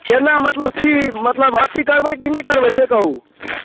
केना मतलब की मतलब अथी करबै कि नहि करबै से कहु